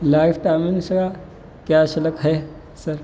life timing سے کیا سلک ہے سر